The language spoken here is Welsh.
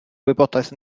wybodaeth